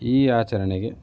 ಈ ಆಚರಣೆಗೆ